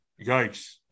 Yikes